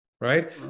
Right